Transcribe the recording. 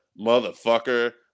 motherfucker